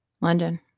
London